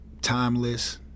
timeless